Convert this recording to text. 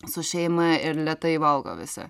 su šeima ir lėtai valgo visą